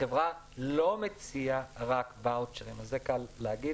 החברה לא מציעה רק וואוצ'רים, זה קל להגיד.